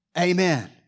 Amen